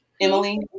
Emily